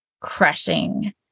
crushing